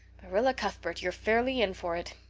marilla cuthbert, you're fairly in for it.